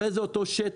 אחרי זה אותו שטח